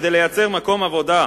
ו"שמינקונסין" כדי ליצור מקומות עבודה,